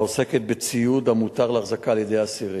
העוסקת בציוד המותר להחזקה על-ידי האסירים.